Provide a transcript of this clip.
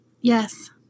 Yes